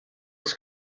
els